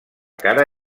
cara